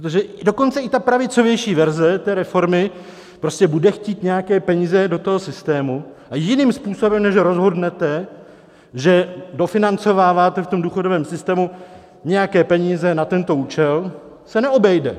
Protože dokonce i ta pravicovější verze reformy prostě bude chtít nějaké peníze do toho systému, a jiným způsobem, než že rozhodnete, že dofinancováváte v tom důchodovém systému nějaké peníze na tento účel, se neobejde.